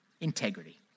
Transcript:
integrity